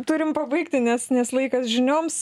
turim pabaigti nes nes laikas žinioms